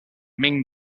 ming